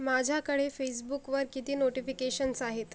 माझ्याकडे फेसबुकवर किती नोटिफिकेशन्स आहेत